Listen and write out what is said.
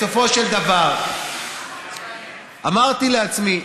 בסופו של דבר אמרתי לעצמי,